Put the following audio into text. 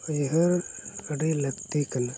ᱩᱭᱦᱟᱹᱨ ᱟᱹᱰᱤ ᱞᱟᱹᱠᱛᱤ ᱠᱟᱱᱟ